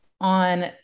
on